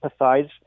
empathize